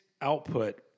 output